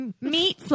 Meat